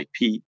IP